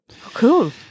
Cool